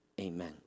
Amen